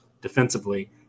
defensively